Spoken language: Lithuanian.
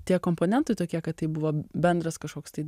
tie komponentai tokie kad tai buvo bendras kažkoks tai